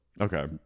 okay